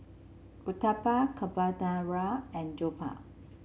Uthapam Carbonara and jokbal